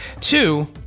two